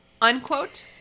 unquote